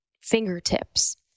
fingertips